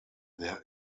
there